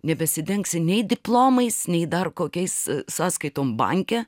nebesidengsi nei diplomais nei dar kokiais sąskaitom banke